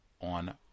on